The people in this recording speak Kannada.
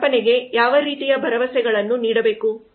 ನಮ್ಮ ಅರ್ಪಣೆಗೆ ಯಾವ ರೀತಿಯ ಭರವಸೆಗಳನ್ನು ನೀಡಬೇಕು